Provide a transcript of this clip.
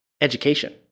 education